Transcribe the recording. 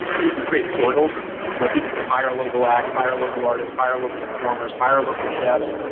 you can create portals where people can hire local lags, hire local artist, hire local performers, hire local chefs.